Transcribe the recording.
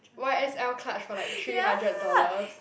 y_s_l clutch for like three hundred dollars